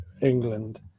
England